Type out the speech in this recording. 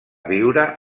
viure